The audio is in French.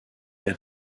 est